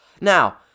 Now